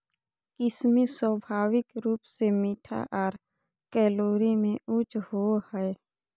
किशमिश स्वाभाविक रूप से मीठा आर कैलोरी में उच्च होवो हय